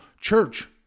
church